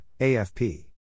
AFP